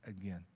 again